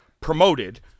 promoted